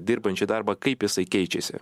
dirbant šį darbą kaip jisai keičiasi